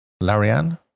Larian